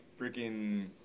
freaking